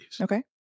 okay